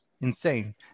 Insane